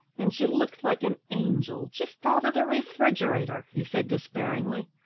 and she looked like an angel just out of the refrigerator, he said despairingly.